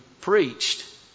preached